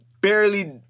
barely